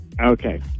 Okay